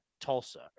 Tulsa